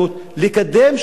לקדם שלום,